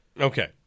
Okay